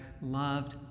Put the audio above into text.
loved